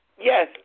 Yes